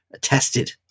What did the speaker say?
tested